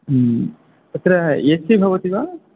तत्र एसि भवति वा